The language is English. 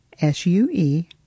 S-U-E